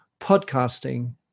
podcasting